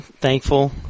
thankful